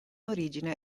origine